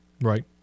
Right